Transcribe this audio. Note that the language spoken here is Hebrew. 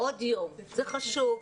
עוד יום זה חשוב.